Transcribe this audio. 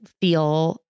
feel